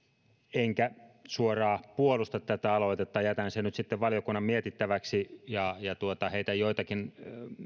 enkä suoraan puolusta tätä aloitetta jätän sen nyt sitten valiokunnan mietittäväksi ja heitän mukaan joitakin